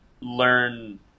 learn